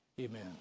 amen